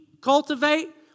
cultivate